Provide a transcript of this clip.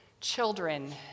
children